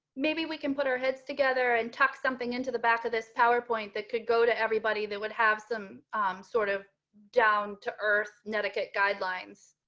maybe we can put our heads together and talk something into the back of this powerpoint that could go to everybody that would have some sort of down to earth netiquette guidelines.